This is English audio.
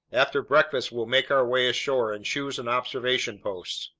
after breakfast we'll make our way ashore and choose an observation post.